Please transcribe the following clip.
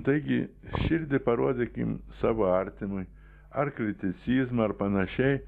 taigi širdį parodykim savo artimui ar kriticizmą ar panašiai